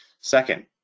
second